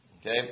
Okay